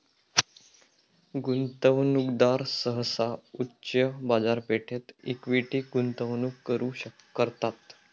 गुंतवणूकदार सहसा उच्च बाजारपेठेत इक्विटी गुंतवणूक सुरू करतात